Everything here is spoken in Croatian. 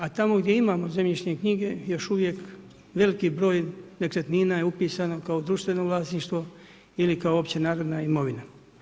A tamo gdje imamo zemljišnih knjiga, još uvijek, veliki broj nekretnina je upisano kao društveno vlasništvo, ili kao opće nagradna imovina.